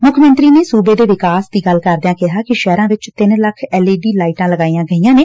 ਮੁੱਖ ਮੰਤਰੀ ਨੇ ਸੂਬੇ ਦੇ ਵਿਕਾਸ ਦੀ ਗੱਲ ਕਰਦਿਆਂ ਕਿਹਾ ਕਿ ਸ਼ਹਿਰਾਂ ਵਿਚ ਤਿੰਨ ਲੱਖ ਐਲ ਈ ਡੀ ਲਾਈਟਾਂ ਲਗਾਈਆਂ ਗਈਆਂ ਨੇ